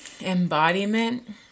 embodiment